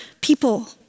people